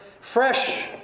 fresh